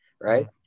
Right